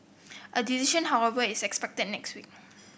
a decision however is expected next week